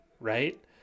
Right